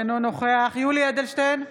אינו נוכח יולי יואל אדלשטיין,